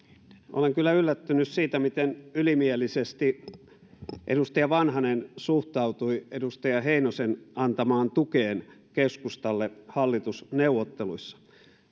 olen kyllä yllättynyt siitä miten ylimielisesti edustaja vanhanen suhtautui edustaja heinosen antamaan tukeen keskustalle hallitusneuvotteluissa